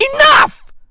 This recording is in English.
Enough